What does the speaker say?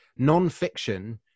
nonfiction